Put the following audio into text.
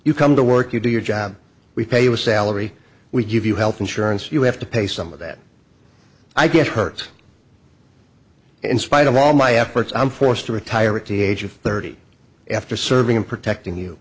you come to work you do your job we pay you a salary we give you health insurance you have to pay some of that i get hurt in spite of all my efforts i'm forced to retire at the age of thirty after serving and protecting you